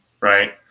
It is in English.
right